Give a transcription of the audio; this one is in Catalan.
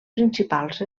principals